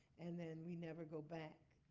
and then we never go back.